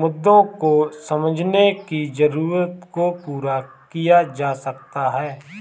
मुद्दों को समझने की जरूरत को पूरा किया जा सकता है